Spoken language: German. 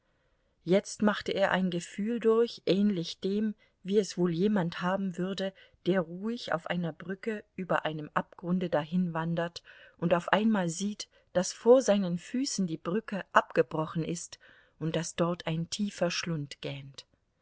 jetzt machte er ein gefühl durch ähnlich dem wie es wohl jemand haben würde der ruhig auf einer brücke über einem abgrunde dahinwandert und auf einmal sieht daß vor seinen füßen die brücke abgebrochen ist und daß dort ein tiefer schlund